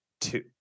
two